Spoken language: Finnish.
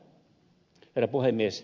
herra puhemies